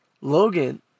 Logan